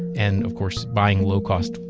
and of course, buying low-cost,